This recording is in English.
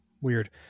Weird